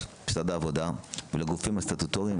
משרד העבודה ולגופים הסטטוטוריים,